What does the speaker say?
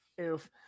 oof